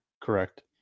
correct